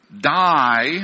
die